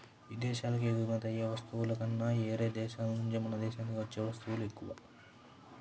ఇదేశాలకు ఎగుమతయ్యే వస్తువుల కన్నా యేరే దేశాల నుంచే మన దేశానికి వచ్చే వత్తువులే ఎక్కువ